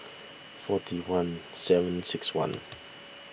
forty one seven six one